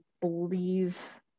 believe